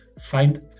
find